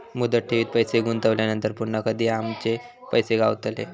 मुदत ठेवीत पैसे गुंतवल्यानंतर पुन्हा कधी आमचे पैसे गावतले?